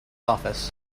office